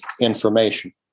information